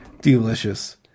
delicious